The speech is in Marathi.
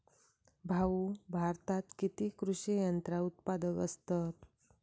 भाऊ, भारतात किती कृषी यंत्रा उत्पादक असतत